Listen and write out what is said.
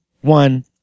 one